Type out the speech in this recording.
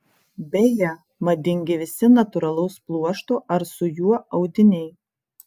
beje madingi visi natūralaus pluošto ar su juo audiniai